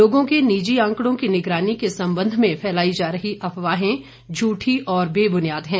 लोगों के निजी आंकड़ों की निगरानी के संबंध में फैलाई जा रही अफवाहें झूठी और बे बुनियाद है